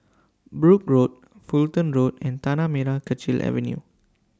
Brooke Road Fulton Road and Tanah Merah Kechil Avenue